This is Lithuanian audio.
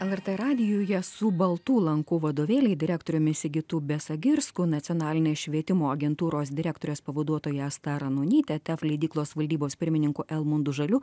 lrt radijuje su baltų lankų vadovėliai direktoriumi sigitu besagirsku nacionalinės švietimo agentūros direktorės pavaduotoja asta ranonyte tef leidyklos valdybos pirmininku elmundu žaliu